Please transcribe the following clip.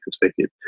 perspective